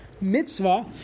mitzvah